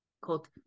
called